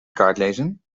kaartlezen